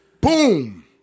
Boom